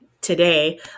today